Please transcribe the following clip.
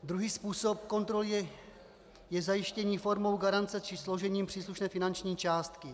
Druhý způsob kontroly je zajištění formou garance či složením příslušné finanční částky.